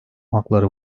hakları